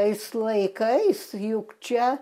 tais laikais juk čia